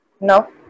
No